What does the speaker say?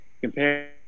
compare